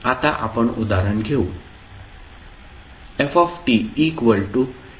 आता आपण उदाहरण घेऊ